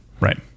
right